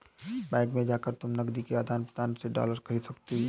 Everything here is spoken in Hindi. बैंक में जाकर तुम नकदी के आदान प्रदान से डॉलर खरीद सकती हो